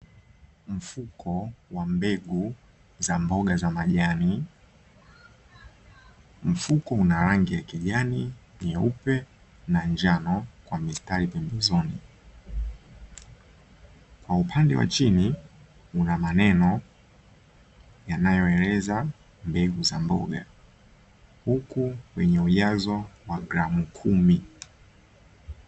Mfuko wa mbegu za mboga za majani. Mfuko una rangi ya kijani, nyeupe na njano kwa mistari pembezoni. Kwa upande wa chini una maneno yanayoeleza mbegu za mboga, huku kwenye ujazo wa gramu kumi.